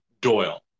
Doyle